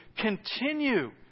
continue